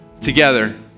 together